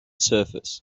surface